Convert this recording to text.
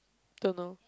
don't know